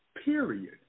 period